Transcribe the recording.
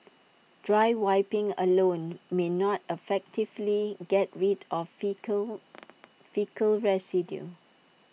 dry wiping alone may not effectively get rid of faecal faecal residue